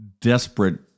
desperate